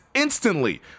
Instantly